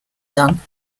done